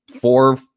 four